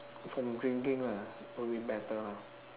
from drinking lah will be better